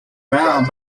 grove